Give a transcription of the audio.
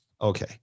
okay